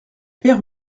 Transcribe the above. père